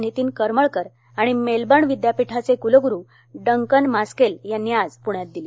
नितीन करमळकर आणि मेलबर्न विद्यापीठाचे कुलगुरू डंकन मास्केल यांनी आज पुण्यात दिलं